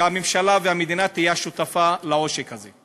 והממשלה והמדינה יהיו שותפות לעושק הזה.